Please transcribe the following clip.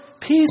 peace